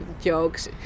jokes